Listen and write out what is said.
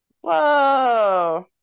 Whoa